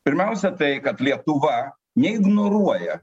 pirmiausia tai kad lietuva neignoruoja